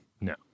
No